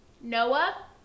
Noah